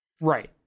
Right